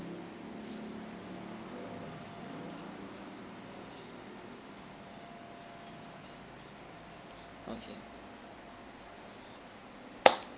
okay